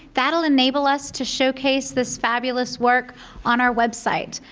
that will enable us to showcase this fabulous work on our website.